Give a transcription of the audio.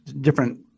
different